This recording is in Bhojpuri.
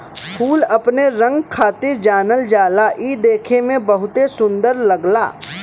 फूल अपने रंग खातिर जानल जाला इ देखे में बहुते सुंदर लगला